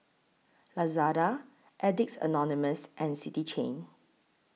Lazada Addicts Anonymous and City Chain